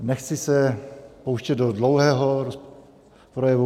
Nechci se pouštět do dlouhého projevu.